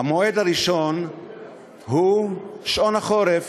המועד הראשון הוא שעון החורף.